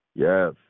Yes